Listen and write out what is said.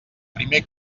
primer